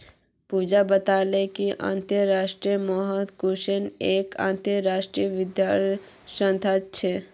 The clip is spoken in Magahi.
पूजा बताले कि अंतर्राष्ट्रीय मुद्रा कोष एक अंतरराष्ट्रीय वित्तीय संस्थान छे